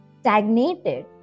stagnated